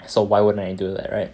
so why wouldn't I do that right